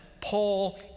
Paul